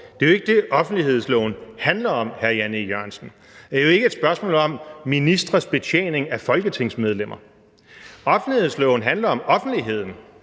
Det er jo ikke det, offentlighedsloven handler om, hr. Jan E. Jørgensen. Det er jo ikke et spørgsmål om ministres betjening af folketingsmedlemmer. Offentlighedsloven handler om offentligheden.